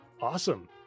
Awesome